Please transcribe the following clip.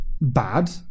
bad